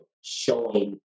showing